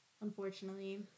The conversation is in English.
unfortunately